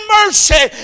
mercy